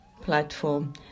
platform